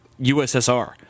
USSR